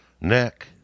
neck